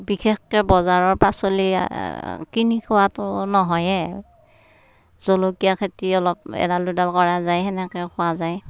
বিশেষকৈ বজাৰৰ পাচলি কিনি খোৱাটো নহয়ে জলকীয়া খেতি অলপ এডাল দুডাল কৰা যায় সেনেকৈ খোৱা যায়